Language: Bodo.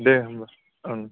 दे होमब्ला ओंं